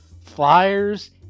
flyers